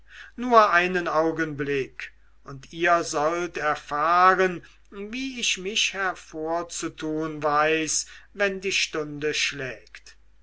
nur einen augenblick und ihr sollt erfahren wie ich mich hervorzutun weiß wenn die stunde schlägt